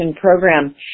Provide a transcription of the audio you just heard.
Program